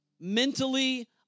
mentally